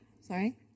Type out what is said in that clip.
Sorry